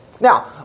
Now